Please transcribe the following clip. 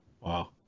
Wow